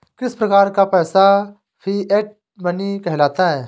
किस प्रकार का पैसा फिएट मनी कहलाता है?